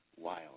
wild